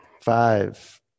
Five